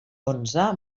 onze